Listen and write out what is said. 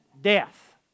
Death